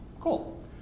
Cool